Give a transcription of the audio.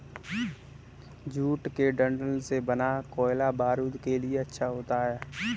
jute के डंठल से बना कोयला बारूद के लिए अच्छा होता है